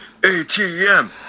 ATM